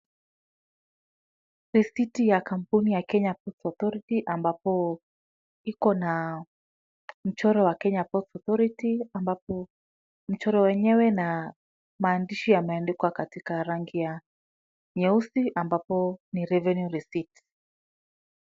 Risiti ya kampuni ya Kenya Ports Authority ambapo iko na mchoro wa Kenya Ports Authority, ambapo mchoro wenyewe na maandishi yameandikwa katika rangi ya nyeusi ambapo ni revenue receipt .